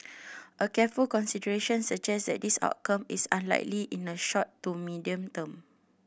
a careful consideration suggest that this outcome is unlikely in the short to medium term